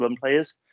players